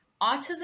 Autism